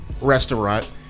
restaurant